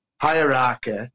hierarchy